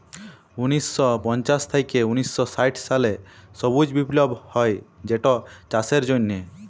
উনিশ শ পঞ্চাশ থ্যাইকে উনিশ শ ষাট সালে সবুজ বিপ্লব হ্যয় যেটচাষের জ্যনহে